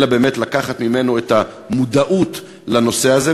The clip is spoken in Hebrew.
אלא באמת לקחת ממנו את המודעות לנושא הזה,